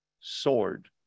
sword